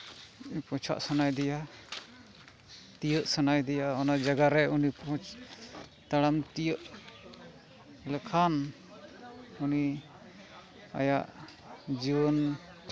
ᱯᱳᱪᱷᱟᱜ ᱥᱟᱱᱟᱭᱫᱮᱭᱟ ᱛᱤᱭᱟᱹᱜ ᱥᱟᱱᱟᱫᱮᱭᱟ ᱚᱱᱟ ᱡᱟᱭᱜᱟ ᱨᱮ ᱩᱱᱤ ᱠᱩᱪ ᱛᱟᱲᱟᱢ ᱛᱤᱭᱳᱜ ᱞᱮᱠᱷᱟᱱ ᱩᱱᱤ ᱟᱭᱟᱜ ᱡᱤᱭᱚᱱ